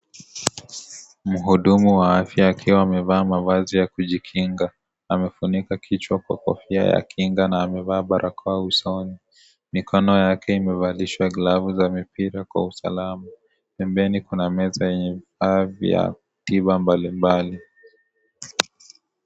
Mhudumu wa afya akiwa amevaa mavazi ya kujikinga, amefunika kichwa kwa kofia ya kinga na amevaa barakoa usoni, mikono yake imevalishwa glovu za mipira kwa usalama, pembeni kuna meza yenye vifaa vya tiba mbali mbali.